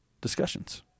discussions